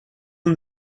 een